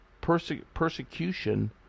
persecution